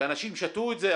ואנשים שתו את זה.